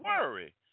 worry